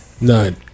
none